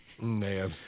Man